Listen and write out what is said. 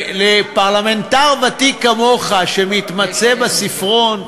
לפרלמנטר ותיק כמוך שמתמצא בספרון,